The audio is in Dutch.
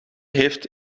heeft